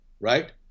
right